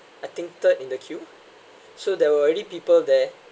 I think third in the queue so there were already people there